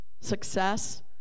success